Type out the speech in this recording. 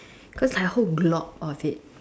cause like whole glop of it